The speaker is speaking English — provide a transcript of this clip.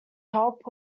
help